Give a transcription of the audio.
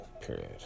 period